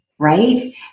right